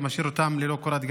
משאיר אותם ללא קורת גג.